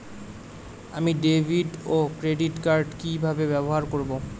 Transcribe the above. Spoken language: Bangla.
আমি ডেভিড ও ক্রেডিট কার্ড কি কিভাবে ব্যবহার করব?